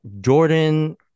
jordan